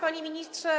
Panie Ministrze!